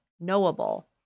knowable